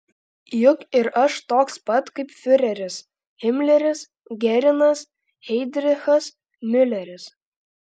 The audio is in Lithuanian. juk ir aš toks pat kaip fiureris himleris geringas heidrichas miuleris